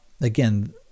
again